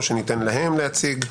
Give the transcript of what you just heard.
או שניתן להם להציג?